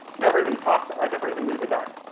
never even talked, i never even knew the guy.